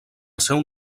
seu